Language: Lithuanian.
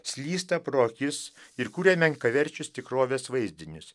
slysta pro akis ir kuria menkaverčius tikrovės vaizdinius